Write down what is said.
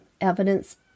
evidence